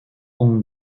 own